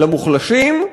למוחלשים,